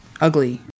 ugly